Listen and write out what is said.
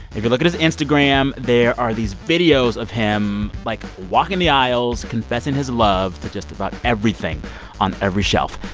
if you look at his instagram, there are these videos of him, like, walking the aisles, confessing his love for just about everything on every shelf.